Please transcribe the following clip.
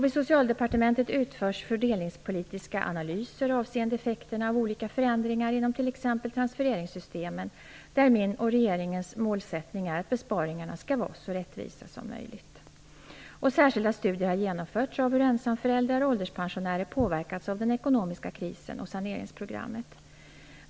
Vid Socialdepartementet utförs fördelningspolitiska analyser avseende effekterna av olika förändringar inom t.ex. transfereringssystemen, där min och regeringens målsättning är att besparingarna skall vara så rättvisa som möjligt. Särskilda studier har genomförts av hur ensamföräldrar och ålderspensionärer påverkats av den ekonomiska krisen och saneringsprogrammet.